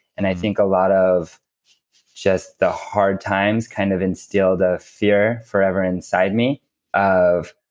and i think a lot of just the hard times kind of instilled a fear forever inside me of.